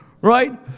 Right